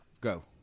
Go